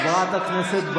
תתבייש לך.